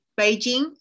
Beijing